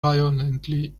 violently